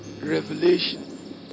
Revelation